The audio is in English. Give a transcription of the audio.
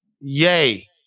yay